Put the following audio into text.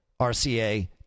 RCA